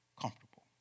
comfortable